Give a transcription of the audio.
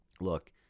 look